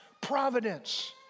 providence